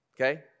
okay